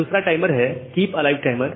दूसरा टाइमर है keep alive timer